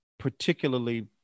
particularly